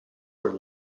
were